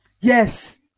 Yes